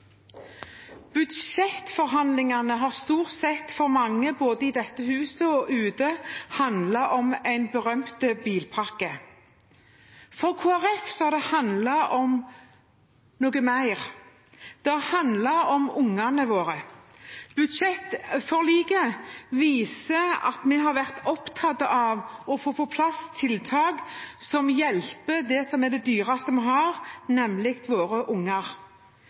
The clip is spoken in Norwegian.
Budsjettforhandlingene har for mange, både i dette huset og utenfor, stort sett handlet om en berømt bilpakke. For Kristelig Folkeparti har det handlet om noe mer. Det har handlet om ungene våre. Budsjettforliket viser at vi har vært opptatt av å få på plass tiltak som hjelper det som er det mest dyrebare vi har, nemlig våre unger.